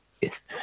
Yes